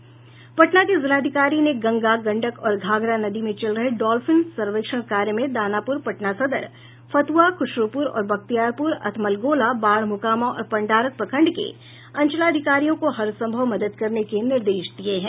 पटना के जिलाधिकारी ने गंगा गंडक और घाघरा नदी में चल रहे डॉल्फिन सर्वेक्षण कार्य में दानापूर पटना सदर फतुहा खुशरूपुर और बख्तियारपुर अथमलगोला बाढ़ मोकामा और पंडारक प्रखंड के अंचलाधिकारियों को हर संभव मदद करने के निर्देश दिये हैं